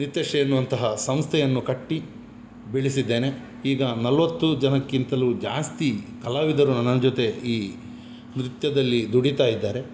ನಿತ್ಯಶ್ರೀ ಎನ್ನುವಂತಹ ಸಂಸ್ಥೆಯನ್ನು ಕಟ್ಟಿ ಬೆಳೆಸಿದ್ದೇನೆ ಈಗ ನಲವತ್ತು ಜನಕ್ಕಿಂತಲೂ ಜಾಸ್ತಿ ಕಲಾವಿದರು ನನ್ನ ಜೊತೆ ಈ ನೃತ್ಯದಲ್ಲಿ ದುಡಿತ ಇದ್ದಾರೆ